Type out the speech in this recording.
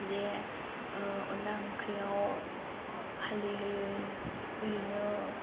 जे अनला ओंख्रियाव हालदै होयै ओरैनो